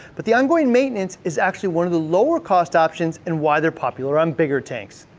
but the ongoing maintenance is actually one of the lower cost options and why they're popular on bigger tanks.